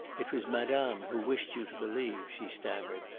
it was madame who wished you to believe, she stammered.